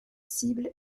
cible